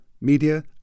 Media